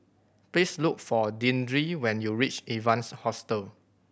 please look for Deandre when you reach Evans Hostel